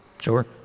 Sure